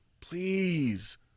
Please